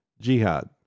jihad